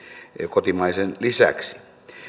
kotimaisen lisäksi